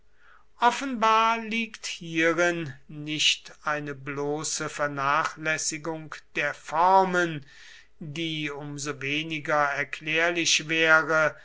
offenbar liegt hierin nicht eine bloße vernachlässigung der formen die um so weniger erklärlich wäre